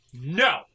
No